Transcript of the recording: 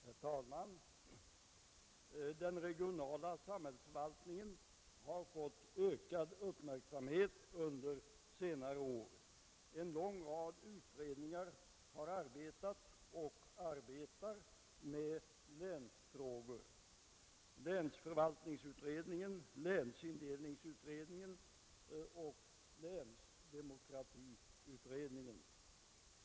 Herr talman! Den regionala samhällsförvaltningen har fått ökad uppmärksamhet under senare år. En lång rad utredningar har arbetat och arbetar med länsfrågor, länsförvaltningsutredningen, länsindelningsutredningen, länsdemokratiutredningen.